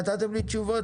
נתתם לי תשובות.